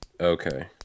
Okay